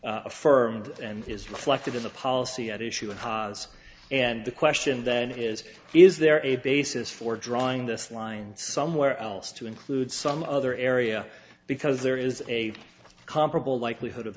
affirmed and is reflected in the policy at issue hogs and the question then is is there a basis for drawing this line somewhere else to include some other area because there is a comparable likelihood of